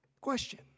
Question